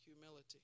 humility